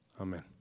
Amen